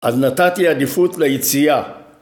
‫אז נתתי עדיפות ליציאה.